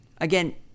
Again